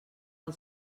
del